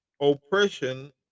oppression